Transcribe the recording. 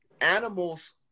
animals